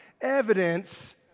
evidence